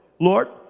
Lord